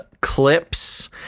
clips